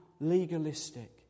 legalistic